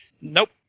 Nope